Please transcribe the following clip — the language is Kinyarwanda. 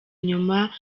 inyuma